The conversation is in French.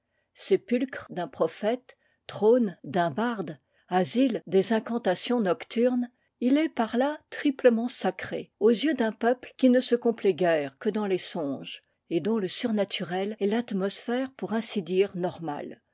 couronne sépulcre d'un prophète trône d'un barde asile des incantations nocturnes il est par là triplement sacré aux yeux d'un peuple qui ne se complaît guère que dans les songes et dont le surnaturel est l'atmosphère pour ainsi dire normale